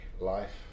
life